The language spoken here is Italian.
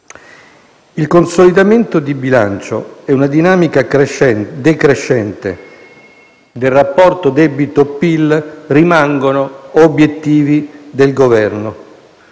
Il consolidamento di bilancio e una dinamica decrescente del rapporto debito/PIL rimangono obiettivi del Governo,